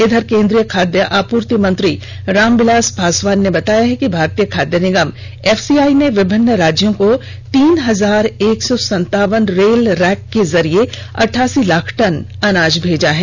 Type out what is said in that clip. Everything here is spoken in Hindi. इधर केंद्रीय खाद्य आपूर्ति मंत्री रामविलास पासवान ने बताया है कि भारतीय खाद्य निगम एफसीआई ने विभिन्न राज्यों को तीन हजार एक सौ संतावन रेल रैक के जरिये अठासी लाख टन अनाज भेजा है